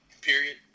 period